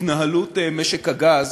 התנהלות משק הגז